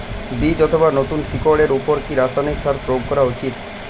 বীজ অথবা নতুন শিকড় এর উপর কি রাসায়ানিক সার প্রয়োগ করা উচিৎ?